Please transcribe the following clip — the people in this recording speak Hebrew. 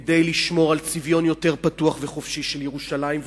לשמור על צביון יותר פתוח וחופשי של ירושלים,